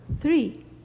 Three